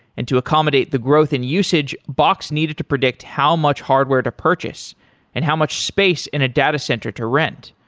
and to accommodate the growth and usage, box needed to predict how much hardware to purchase and how much space in a data center to rent,